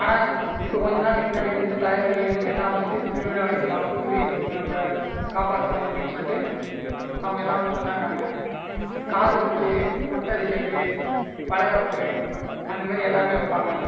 ஆனால் இப்போ கொஞ்சம் நாளைக்கு முன்னாடி வந்துட்டு தலைவர்கள் இவங்க எல்லா வந்துட்டு இப்போ திருவிழா வைக்குறோம் பூர்வீகத்தை நம்ம காப்பாற்றணும் அப்படின்னு சொல்லிட்டு அவங்க எல்லா வந்துட்டு கொண்டாடுனாங்க காது குத்து மொட்டை அடிக்கறது வளைகாப்பு அந்தமாதிரி எல்லாமே வைப்பாங்க